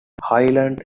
highlands